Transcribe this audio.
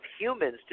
humans